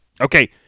Okay